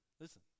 listen